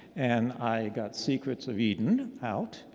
and i got secrets of eden out.